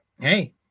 hey